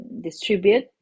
distribute